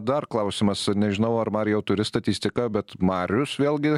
dar klausimas nežinau ar marijau turi statistiką bet marijus vėlgi